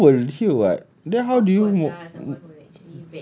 then someone will hear what then how do you mor~